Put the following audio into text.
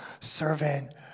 servant